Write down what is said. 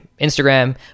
Instagram